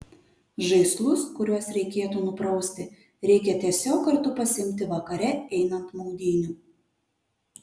žaislus kuriuos reikėtų nuprausti reikia tiesiog kartu pasiimti vakare einant maudynių